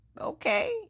okay